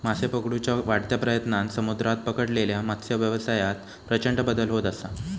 मासे पकडुच्या वाढत्या प्रयत्नांन समुद्रात पकडलेल्या मत्सव्यवसायात प्रचंड बदल होत असा